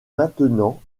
maintenant